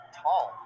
tall